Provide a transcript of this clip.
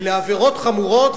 אלה עבירות חמורות,